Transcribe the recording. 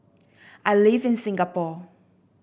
I live in Singapore